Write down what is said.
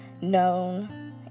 known